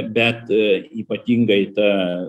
bet ypatingai ta